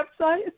website